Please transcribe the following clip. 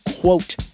quote